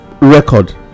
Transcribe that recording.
record